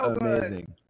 amazing